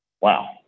Wow